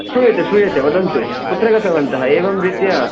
श्रूयते श्रूयते वदन्तु कुत्र गतवन्तः एवं रीत्या